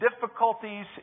difficulties